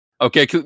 okay